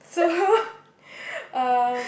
so um